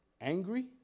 Angry